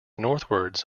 northwards